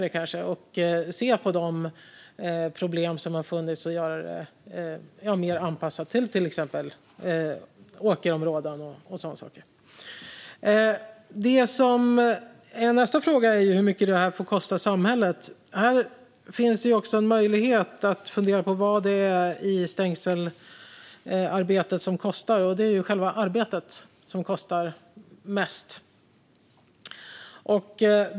Vi kunde se på de problem som har funnits och göra det mer anpassat till exempelvis åkerområden och sådana saker. Nästa fråga är hur mycket detta får kosta samhället. Här finns också en möjlighet att fundera på vad det är i stängselarbetet som kostar. Det är ju själva arbetet som kostar mest.